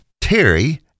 Terry